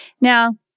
Now